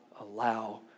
allow